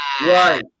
right